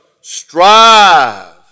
strive